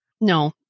No